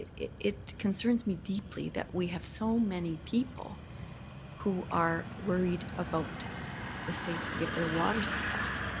it concerns me deeply that we have so many people who are worried about the safety of their water supply.